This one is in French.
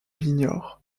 l’ignore